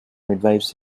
midwifes